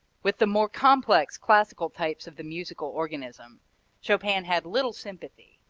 with the more complex, classical types of the musical organism chopin had little sympathy,